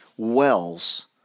wells